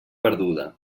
perduda